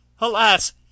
Alas